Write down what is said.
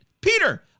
Peter